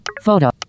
Photo